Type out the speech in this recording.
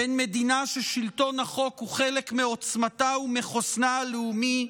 בין מדינה ששלטון החוק הוא חלק מעוצמתה ומחוסנה הלאומי,